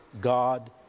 God